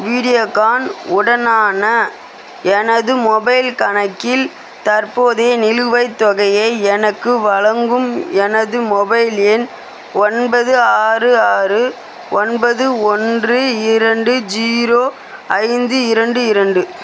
வீடியோகான் உடனான எனது மொபைல் கணக்கில் தற்போதைய நிலுவைத் தொகையை எனக்கு வழங்கும் எனது மொபைல் எண் ஒன்பது ஆறு ஆறு ஒன்பது ஒன்று இரண்டு ஜீரோ ஐந்து இரண்டு இரண்டு